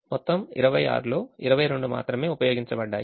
మొత్తం 26 లో 22 మాత్రమే ఉపయోగించబడ్డాయి